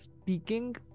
speaking